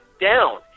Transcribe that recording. down